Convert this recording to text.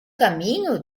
caminho